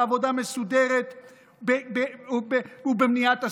בעבודה מסודרת ובמניעת הסגר.